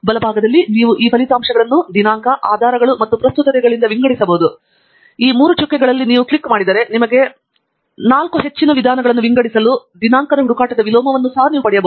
ಬಲಭಾಗದಲ್ಲಿ ನೀವು ಈ ಫಲಿತಾಂಶಗಳನ್ನು ದಿನಾಂಕ ಆಧಾರಗಳು ಮತ್ತು ಪ್ರಸ್ತುತತೆಗಳಿಂದ ವಿಂಗಡಿಸಬಹುದು ಮತ್ತು ಈ 3 ಚುಕ್ಕೆಗಳಲ್ಲಿ ನೀವು ಕ್ಲಿಕ್ ಮಾಡಿದರೆ ನಿಮಗೆ 4 ಹೆಚ್ಚಿನ ವಿಧಾನಗಳನ್ನು ವಿಂಗಡಿಸಲು ದಿನಾಂಕದ ಹುಡುಕಾಟದ ವಿಲೋಮವನ್ನು ನೀವು ಪಡೆಯಬಹುದು